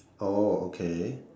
oh okay